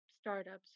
startups